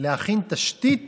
להכין תשתית